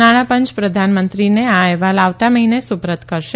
નાણાપંચ પ્રધાનમંત્રીને પણ આ અહેવાલ આવતા મહિને સુપરત કરશે